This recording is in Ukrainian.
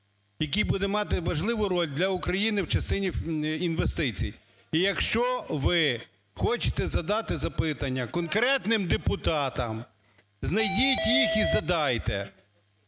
який буде мати важливу роль для України в частині інвестицій. І, якщо ви хочете задати запитання конкретним депутатам, знайдіть їх і задайте.